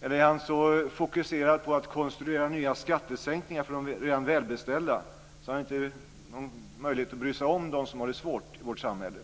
Eller är han så fokuserad på att konstruera nya skattesänkningar för de redan välbeställda att han inte har någon möjlighet att bry sig om dem som har det svårt i vårt samhälle.